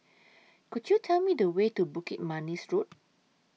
Could YOU Tell Me The Way to Bukit Manis Road